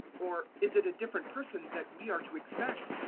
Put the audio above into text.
or is it a different person that we are to expect?